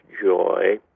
joy